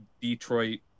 Detroit